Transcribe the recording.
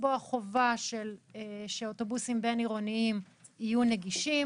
לקבוע חובה שאוטובוסים בין-עירוניים יהיו נגישים